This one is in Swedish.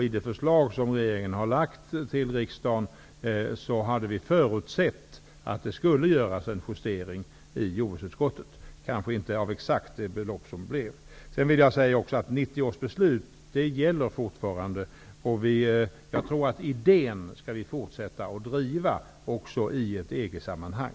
I de förslag som regeringen har lagt fram för riksdagen hade vi förutsett att det skulle göras en justering i jordbruksutskottet, kanske inte exakt vilka belopp det skulle bli. 1990 års beslut gäller fortfarande. Jag tror att vi skall fortsätta att driva idén också i ett EG sammanhang.